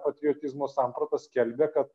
patriotizmo samprata skelbia kad